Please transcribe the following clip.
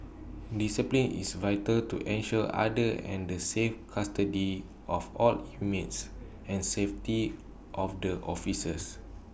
discipline is vital to ensure order and the safe custody of all inmates and safety of the officers